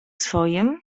swojem